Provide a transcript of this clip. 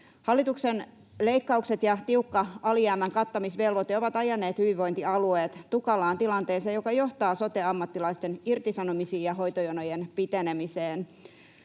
Hallituksen leikkaukset ja tiukka alijäämän kattamisvelvoite ovat ajaneet hyvinvointialueet tukalaan tilanteeseen, joka johtaa sote-ammattilaisten irtisanomisiin ja hoitojonojen pitenemiseen.